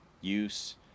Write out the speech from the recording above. use